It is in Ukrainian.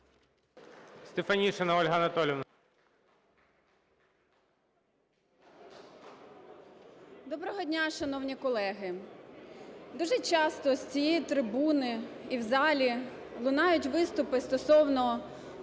Доброго дня, шановні колеги! Дуже часто з цієї трибуни і в залі лунають виступи стосовно